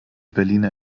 berliner